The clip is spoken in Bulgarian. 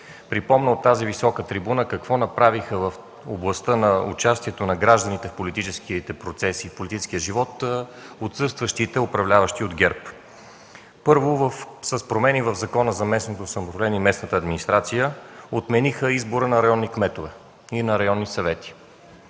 припомня от тази висока трибуна какво направиха в областта на участието на гражданите в политическите процеси и политическия живот отсъстващите бивши управляващи от ГЕРБ. Първо, с промени в Закона за местното самоуправление и местната администрация отмениха избора на районни кметове и районни съвети.